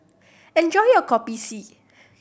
enjoy your Kopi C